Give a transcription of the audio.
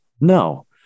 No